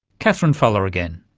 katherine fallah again.